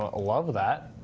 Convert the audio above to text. ah love that.